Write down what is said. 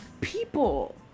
people